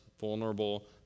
vulnerable